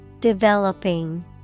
developing